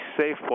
safe